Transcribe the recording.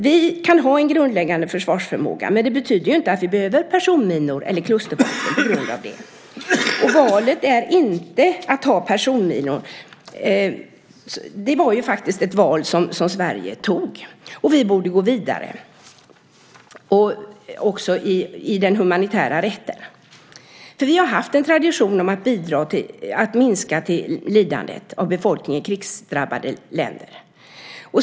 Vi kan ha en grundläggande försvarsförmåga, men det betyder inte att vi behöver personminor eller klustervapen. Valet är inte att ha personminor. Det var ett val som Sverige gjorde, och vi borde gå vidare, också i den humanitära rätten. Vi har haft en tradition av att bidra till att minska lidandet bland befolkningen i krigsdrabbade länder.